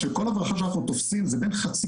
שכל הברחה שאנחנו תופסים זה בין חצי